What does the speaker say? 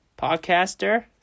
podcaster